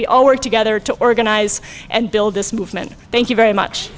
we all work together to organize and build this movement thank you very much